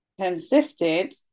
consistent